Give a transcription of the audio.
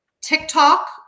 TikTok